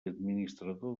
administrador